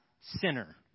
sinner